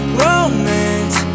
romance